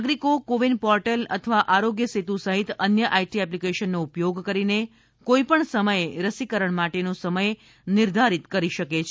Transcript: નાગરિકો CoWIN portal અથવા આરોગ્ય સેતુ સહિત અન્ય આઈટી એપ્લિકેશનનો ઉપયોગ કરીને કોઈપણ સમયે રસીકરણ માટેનો સમય નિર્ધારિત કરી શકે છે